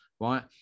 right